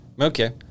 Okay